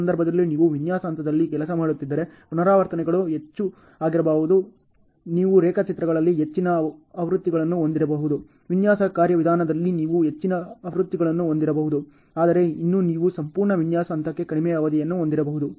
ಈ ಸಂದರ್ಭದಲ್ಲಿ ನೀವು ವಿನ್ಯಾಸ ಹಂತದಲ್ಲಿ ಕೆಲಸ ಮಾಡುತ್ತಿದ್ದರೆ ಪುನರಾವರ್ತನೆಗಳು ಹೆಚ್ಚು ಆಗಿರಬಹುದು ನೀವು ರೇಖಾಚಿತ್ರಗಳಲ್ಲಿ ಹೆಚ್ಚಿನ ಆವೃತ್ತಿಗಳನ್ನು ಹೊಂದಿರಬಹುದು ವಿನ್ಯಾಸ ಕಾರ್ಯವಿಧಾನಗಳಲ್ಲಿ ನೀವು ಹೆಚ್ಚಿನ ಆವೃತ್ತಿಗಳನ್ನು ಹೊಂದಿರಬಹುದು ಆದರೆ ಇನ್ನೂ ನೀವು ಸಂಪೂರ್ಣ ವಿನ್ಯಾಸ ಹಂತಕ್ಕೆ ಕಡಿಮೆ ಅವಧಿಯನ್ನು ಹೊಂದಿರಬಹುದು